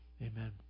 Amen